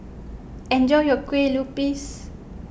enjoy your Kue Lupis